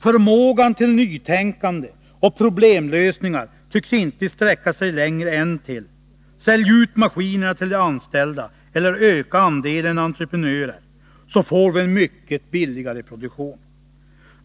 Förmågan till nytänkande och problemlösningar tycks inte sträcka sig längre än till — sälj ut maskinerna till de anställda eller öka andelen entreprenörer — så får vi en mycket billigare produktion.